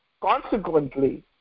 Consequently